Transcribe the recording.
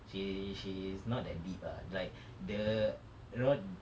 she she's not that deep ah like the you know th~